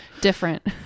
Different